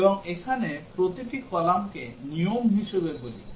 এবং এখানে প্রতিটি কলামকে নিয়ম হিসাবে বলি